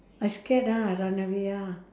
I scared ah run away ah